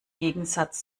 gegensatz